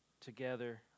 together